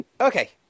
Okay